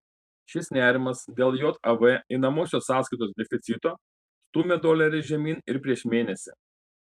šis nerimas dėl jav einamosios sąskaitos deficito stūmė dolerį žemyn ir prieš mėnesį